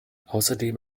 außerdem